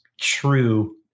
true